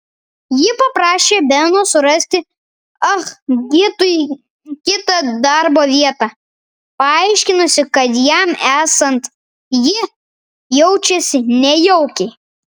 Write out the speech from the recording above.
ji paprašė beno surasti ah gitui kitą darbo vietą paaiškinusi kad jam esant ji jaučiasi nejaukiai